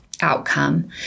outcome